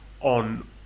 on